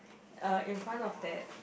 uh in front of that